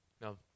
Now